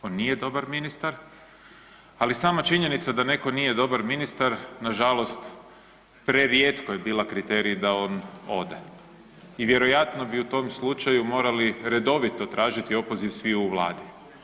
On nije dobar ministar, ali sama činjenica da netko nije dobar ministar nažalost prerijetko je bila kriterij da on ode i vjerojatno bi u tom slučaju morali redovito opoziv sviju u Vladi.